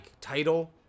title